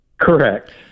Correct